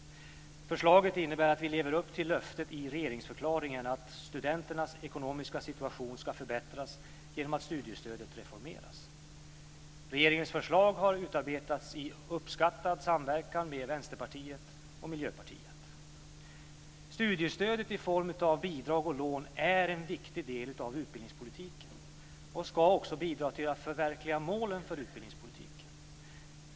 Förslaget innebär att vi lever upp till löftet i regeringsförklaringen: "Studenternas ekonomiska situation ska förbättras genom att studiestödet reformeras." Regeringens förslag har utarbetats i uppskattad samverkan med Vänsterpartiet och Miljöpartiet. Studiestödet i form av bidrag och lån är en viktig del av utbildningspolitiken och ska också bidra till att förverkliga målen för utbildningspolitiken.